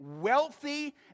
wealthy